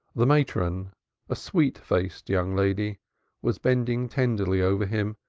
the matron a sweet-faced young lady was bending tenderly over him,